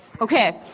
Okay